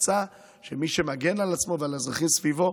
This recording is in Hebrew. מוצא שמי שמגן על עצמו ועל האזרחים סביבו,